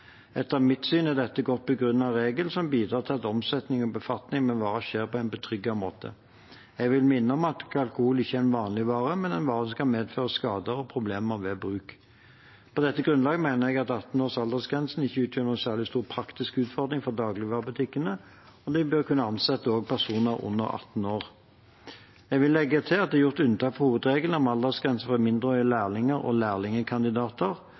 Etter mitt syn er dette en godt begrunnet regel som bidrar til at omsetning av og befatning med varer skjer på en betryggende måte. Jeg vil minne om at alkohol ikke er en vanlig vare, men en vare som kan medføre skader og problemer ved bruk. På dette grunnlaget mener jeg at 18-årsaldersgrensen ikke utgjør noen særlig stor praktisk utfordring for dagligvarebutikkene, og de bør også kunne ansette personer under 18 år. Jeg vil legge til at det er gjort unntak fra hovedregelen om aldersgrense for mindreårige lærlinger og